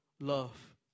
love